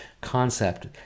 concept